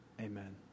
amen